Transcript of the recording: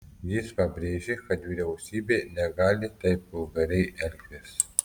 jis pabrėžė kad vyriausybė negali taip vulgariai elgtis